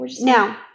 Now